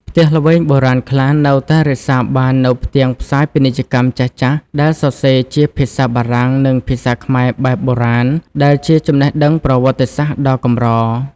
ផ្ទះល្វែងបុរាណខ្លះនៅតែរក្សាបាននូវផ្ទាំងផ្សាយពាណិជ្ជកម្មចាស់ៗដែលសរសេរជាភាសាបារាំង និងភាសាខ្មែរបែបបុរាណ ដែលជាចំណេះដឹងប្រវត្តិសាស្ត្រដ៏កម្រ។